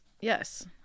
yes